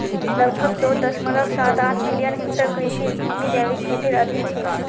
लगभग दो दश्मलव साथ आठ मिलियन हेक्टेयर कृषि भूमि जैविक खेतीर अधीन छेक